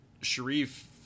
Sharif